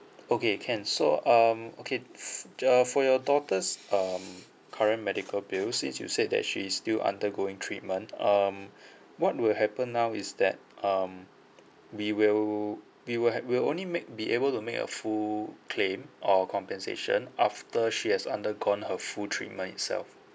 okay can so um okay f~ uh for your daughter's um current medical bill since you said that she's still undergoing treatment um what will happen now is that um we will we will help we'll only make be able to make a full claim or compensation after she has undergone her full treatment itself